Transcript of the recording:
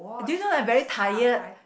do you know that I'm very tired